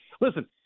Listen